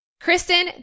Kristen